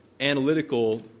analytical